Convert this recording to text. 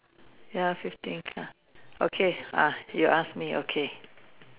ya fifteen ya okay ask you ask me okay